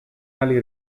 ali